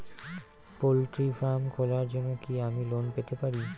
Poultry farm খোলার জন্য কি আমি লোন পেতে পারি?